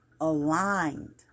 aligned